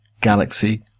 galaxy